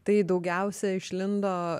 tai daugiausia išlindo